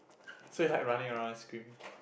so you hard running around and swimming